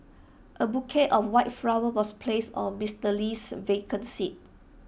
A bouquet of white flowers was placed on Mister Lee's vacant seat